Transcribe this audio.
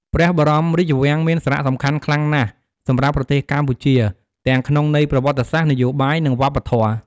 ព្រះបរមរាជវាំងមានសារៈសំខាន់ខ្លាំងណាស់សម្រាប់ប្រទេសកម្ពុជា ទាំងក្នុងន័យប្រវត្តិសាស្ត្រ នយោបាយ និងវប្បធម៌។